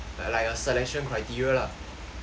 like a selection criteria lah